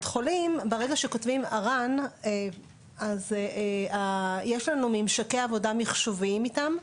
החולים כאשר כותבים אר"ן יש לנו ממשקי עבודה מחשוביים איתם.